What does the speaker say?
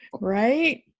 Right